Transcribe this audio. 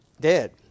dead